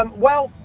um well,